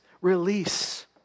release